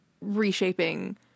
reshaping